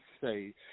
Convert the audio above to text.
say